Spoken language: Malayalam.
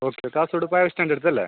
ഓക്കെ കാസർഗോഡ് പഴയ ബസ് സ്റ്റാൻഡ് അടുത്തല്ലേ